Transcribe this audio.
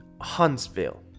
huntsville